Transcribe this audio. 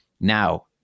Now